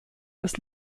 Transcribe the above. des